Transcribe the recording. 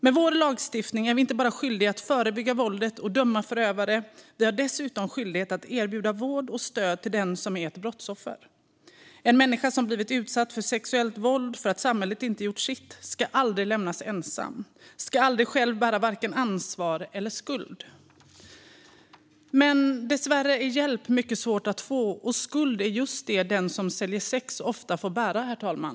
Med vår lagstiftning är vi inte bara skyldiga att förebygga våldet och döma förövare, utan vi har dessutom skyldighet erbjuda vård och stöd till den som är ett brottsoffer. En människa som blivit utsatt för sexuellt våld för att samhället inte har gjort sitt ska aldrig lämnas ensam, ska aldrig själv bära vare sig ansvar eller skuld. Men dessvärre är hjälp mycket svårt att få, och skuld är just det den som säljer sex ofta får bära, herr talman.